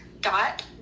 dot